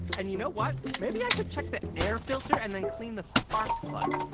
and you know what? maybe i should check the air filter and then clean the spark plugs.